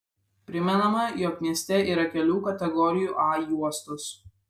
primenama jog mieste yra kelių kategorijų a juostos